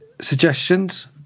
suggestions